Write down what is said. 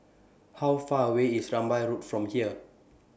How Far away IS Rambai Road from here